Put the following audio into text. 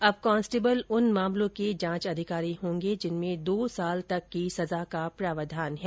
अब कांस्टेबल उन मामलों के जांचे अधिकारी होंगे जिनमें दो साल तक की सजा का प्रावधान है